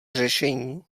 řešení